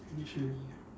finish already ah